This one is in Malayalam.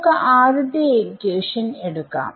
നമുക്ക് ആദ്യത്തെ ഇക്വേഷൻ എടുക്കാം